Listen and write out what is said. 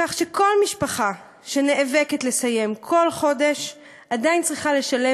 כך שכל משפחה שנאבקת לסיים כל חודש עדיין צריכה לשלם